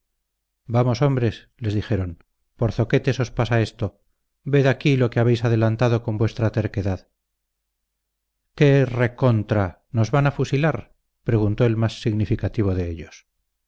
vamos hombres les dijeron por zoquetes os pasa esto ved aquí lo que habéis adelantado con vuestra terquedad que re contra nos van a fusilar preguntó el más significado de ellos